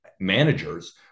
managers